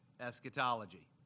eschatology